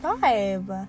five